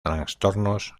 trastornos